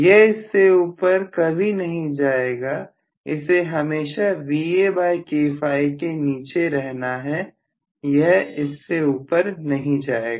यह इससे ऊपर कभी नहीं जाएगा इसे हमेशा के नीचे रहना है यह इससे ऊपर नहीं जाएगा